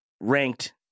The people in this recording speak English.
ranked